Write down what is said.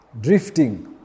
drifting